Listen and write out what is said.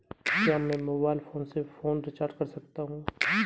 क्या मैं mobile phone से फोन रिचार्ज कर सकता हूं?